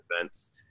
events